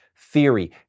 theory